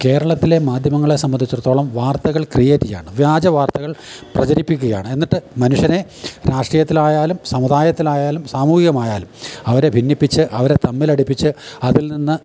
കേരളത്തിലെ മാധ്യമങ്ങളെ സംബന്ധിച്ചിടത്തോളം വാർത്തകൾ ക്രിയേറ്റ് ചെയ്യാണ് വ്യാജ വാർത്തകൾ പ്രചരിപ്പിക്കുകയാണ് എന്നിട്ട് മനുഷ്യനെ രാഷ്ട്രീയത്തിലായാലും സമുദായത്തിലായാലും സാമൂഹികമായാലും അവരെ ഭിന്നിപ്പിച്ച് അവരെ തമ്മിൽ അടിപ്പിച്ച് അതിൽ നിന്ന്